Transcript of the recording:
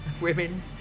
women